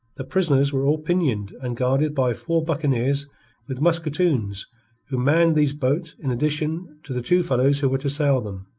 the prisoners were all pinioned, and guarded by four buccaneers with musketoons who manned these boats in addition to the two fellows who were to sail them.